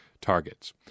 targets